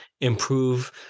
improve